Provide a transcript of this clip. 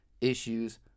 issues